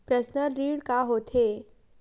Personal ऋण का होथे?